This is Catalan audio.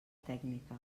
tècnica